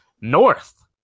North